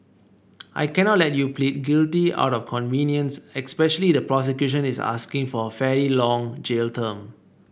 I cannot let you plead guilty out of convenience especially the prosecution is asking for a fairly long jail term